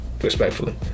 respectfully